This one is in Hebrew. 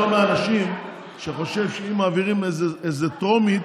מהאנשים שחושבים שאם מעבירים איזה טרומית,